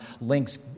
links